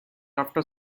after